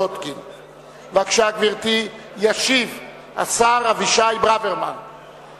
השיקום ואגף משפחות והנצחה במשרד הביטחון (תיקוני חקיקה),